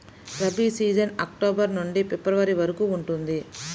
rabi season October నుండి February వరకు ఉంటుంది